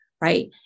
right